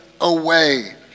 away